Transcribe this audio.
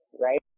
right